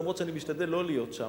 אף-על-פי שאני משתדל לא להיות שם.